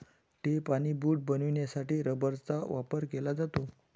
tape आणि बूट बनवण्यासाठी रबराचा वापर केला जातो